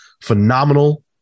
phenomenal